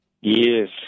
Yes